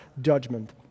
judgment